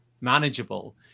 manageable